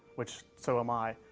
which, so am i,